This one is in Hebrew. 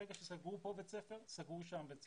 ברגע שסגרו פה בית ספר הם סגרו שם בית ספר,